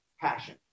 passion